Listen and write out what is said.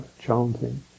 chanting